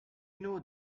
know